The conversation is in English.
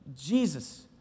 Jesus